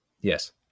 Yes